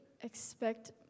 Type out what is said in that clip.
expect